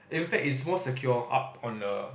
in fact it's more secure up on the